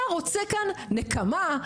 אתה רוצה כאן נקמה,